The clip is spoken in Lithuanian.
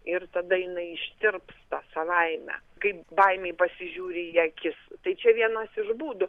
ir tada jinai ištirpsta savaime kai baimei pasižiūri į akis tai čia vienas iš būdų